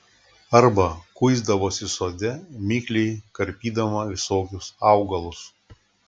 arba kuisdavosi sode mikliai karpydama visokius augalus